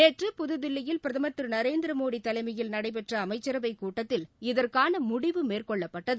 நேற்று புதுதில்லியில் பிரதமர் திரு நரேந்திர மோடி தலைமையில் நடைபெற்ற அமைச்சரவை கூட்டத்தில் இதற்கான முடிவு மேற்கொள்ளப்பட்டது